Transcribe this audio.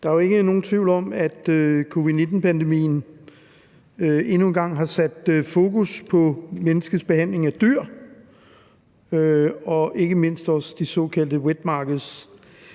Der er jo ikke nogen tvivl om, at covid-19-pandemien endnu en gang har sat fokus på menneskets behandling af dyr og ikke mindst de såkaldte wet markets,